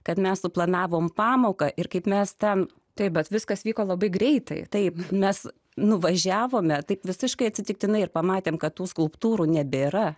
kad mes suplanavome pamoką ir kaip mes ten taip bet viskas vyko labai greitai taip mes nuvažiavome taip visiškai atsitiktinai ir pamatėme kad tų skulptūrų nebėra